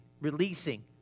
releasing